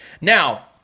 Now –